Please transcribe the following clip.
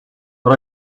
but